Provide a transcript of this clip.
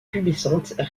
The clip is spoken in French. pubescentes